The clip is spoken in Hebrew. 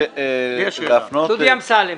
דודי אמסלם.